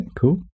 cool